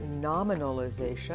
nominalization